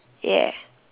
ya